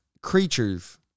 creatures